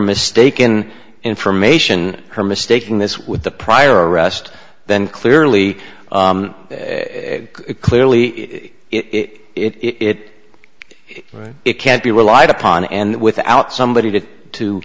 mistaken information or mistaking this with the prior arrest then clearly clearly it is right it can't be relied upon and without somebody to to